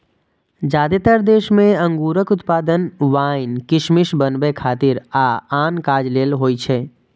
जादेतर देश मे अंगूरक उत्पादन वाइन, किशमिश बनबै खातिर आ आन काज लेल होइ छै